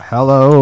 Hello